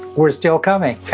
we're still coming